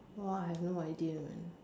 !wah! I have no idea man